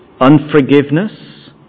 unforgiveness